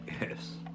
Yes